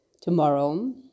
tomorrow